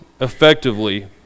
effectively